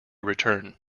return